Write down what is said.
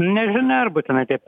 nežinia ar būtinai taip